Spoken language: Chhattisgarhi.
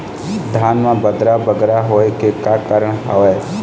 धान म बदरा बगरा होय के का कारण का हवए?